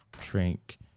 drink